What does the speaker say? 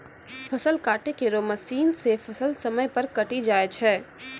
फसल काटै केरो मसीन सें फसल समय पर कटी जाय छै